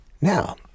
Now